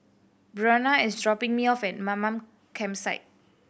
Breonna is dropping me off at Mamam Campsite